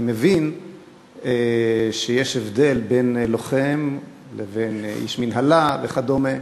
אני מבין שיש הבדל בין לוחם לבין איש מינהלה וכדומה.